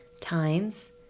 times